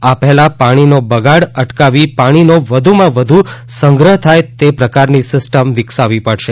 આ પહેલા પાણીનો બગાડ અટકાવી પાણીનો વધુમાં વધુ સંગ્રહ થાય તે પ્રકારની સિસ્ટમ વિક્સાવી પડશે